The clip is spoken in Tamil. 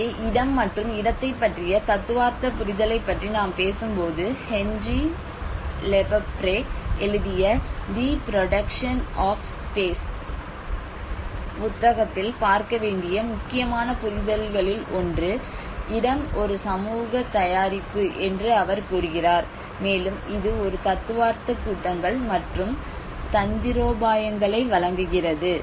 எனவே இடம் மற்றும் இடத்தைப் பற்றிய தத்துவார்த்த புரிதலைப் பற்றி நாம் பேசும்போது ஹென்றி லெபெப்வ்ரே எழுதிய 'தி புரோடக்சன் ஆப் ஸ்பேஸ்' புத்தகத்தில் பார்க்க வேண்டிய முக்கியமான புரிதல்களில் ஒன்று இடம் ஒரு சமூக தயாரிப்பு என்று அவர் கூறுகிறார் மேலும் இது ஒரு தத்துவார்த்த கூட்டங்கள் மற்றும் தந்திரோபாயங்களை வழங்குகிறது